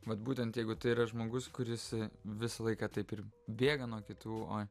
vat būtent jeigu tai yra žmogus kuris visą laiką taip ir bėga nuo kitų